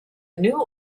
new